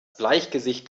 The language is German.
bleichgesicht